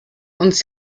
uns